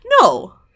No